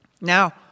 Now